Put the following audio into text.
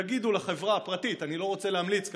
יגידו לחברה הפרטית אני לא רוצה להמליץ כאן,